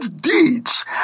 deeds